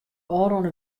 ôfrûne